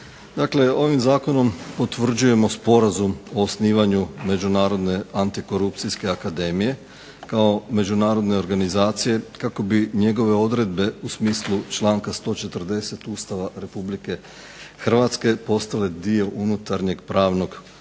ovim Zakonom potvrđujemo Sporazum o osnivanju međunarodne antikorupcijske akademije kao međunarodne organizacije kako bi njegove odredbe u smislu članka 140. Ustava Republike Hrvatske postale dio unutarnjeg pravnog sustava